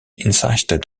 insisted